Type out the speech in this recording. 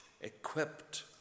equipped